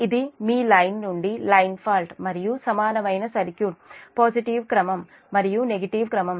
కాబట్టి ఇది మీ లైన్ నుండి లైన్ ఫాల్ట్ మరియు సమానమైన సర్క్యూట్ పాజిటివ్ క్రమం మరియు నెగిటివ్ క్రమం